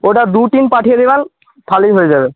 ওটা দু টিন পাঠিয়ে দেবেন তাহলেই হয়ে যাবে